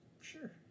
sure